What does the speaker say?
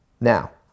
Now